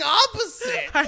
opposite